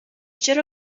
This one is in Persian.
چرا